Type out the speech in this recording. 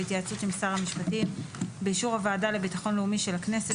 בהתייעצות עם שר המשפטים ובאישור הוועדה לביטחון הפנים של הכנסת,